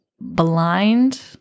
blind